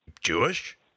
Jewish